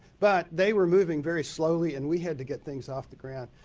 but, they were moving very slowly and we had to get things off the ground.